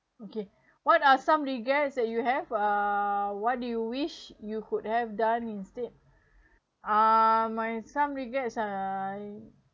okay what are some regret that you have uh what do you wish you could have done instead uh my some regrets I